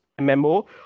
memo